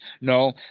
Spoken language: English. No